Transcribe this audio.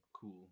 cool